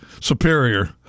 Superior